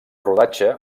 rodatge